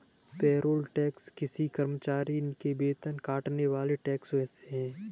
payroll tax किसी कर्मचारी के वेतन से कटने वाला टैक्स है